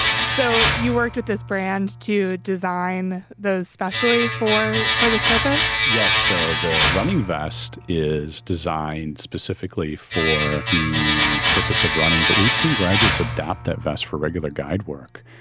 so you worked with this brand to design those specially for for this purpose? yes. so the running vest is designed specifically for the purpose of running. but we've seen graduates adopt that vest for regular guide work.